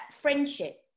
friendship